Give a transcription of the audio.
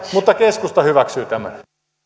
mutta keskusta hyväksyy tämän arvoisa